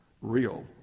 real